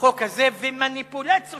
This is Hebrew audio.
החוק הזה, ומניפולציות